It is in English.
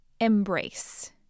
Embrace